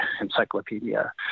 encyclopedia